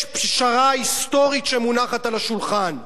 יש פשרה היסטורית שמונחת על השולחן.